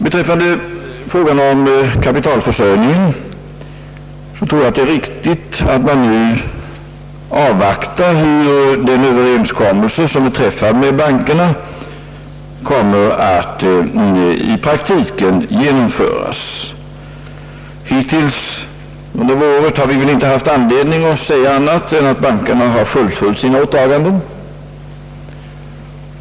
Vad angår frågan om kapitalförsörjningen tror jag att det är riktigt att man nu avvaktar hur den överenskommelse, som är träffad med bankerna, i praktiken kommer att genomföras. Hittills under året har vi väl inte haft anledning att säga någonting annat än att bankerna har fullföljt sina åtaganden.